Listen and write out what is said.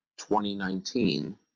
2019